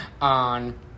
on